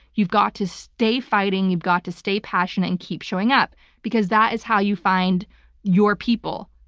you've got to stay fighting, you've got to stay passionate and keep showing up because that is how you find your people.